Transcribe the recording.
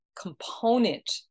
component